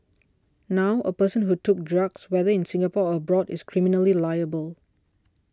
now a person who took drugs whether in Singapore or abroad is criminally liable